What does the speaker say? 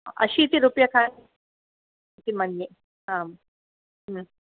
अशीतिरूप्यकाणि इति मन्ये आम्